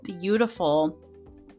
beautiful